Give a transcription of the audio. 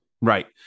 right